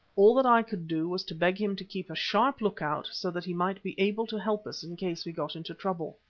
all that i could do was to beg him to keep a sharp look-out so that he might be able to help us in case we got into trouble.